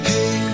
Hey